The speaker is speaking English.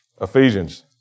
Ephesians